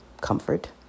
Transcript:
comfort